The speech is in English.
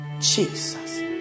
Jesus